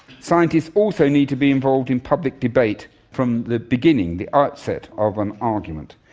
scientists also need to be involved in public debate from the beginning, the outset of an argument.